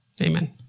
Amen